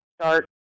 start